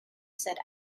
said